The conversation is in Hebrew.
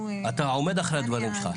עומד מאחורי הדברים שלך?